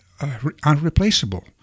unreplaceable